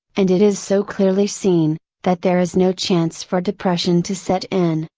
and it is so clearly seen, that there is no chance for depression to set in,